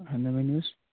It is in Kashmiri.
اَہَنہٕ ؤنِو حظ